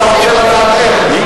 אתה רוצה לדעת איך.